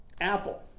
Apple